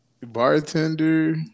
bartender